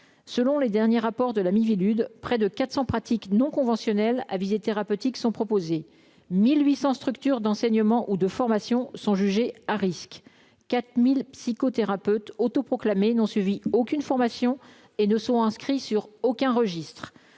selon les derniers rapports de la MIVILUDES près de 400 pratiques non conventionnelles à visée thérapeutique sont proposés : 1800 structures d'enseignement ou de formation sont jugés à risque 4000 psychothérapeutes autoproclamés n'ont suivi aucune formation et ne sont inscrits sur aucun registre